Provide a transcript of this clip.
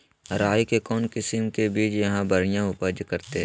राई के कौन किसिम के बिज यहा बड़िया उपज करते?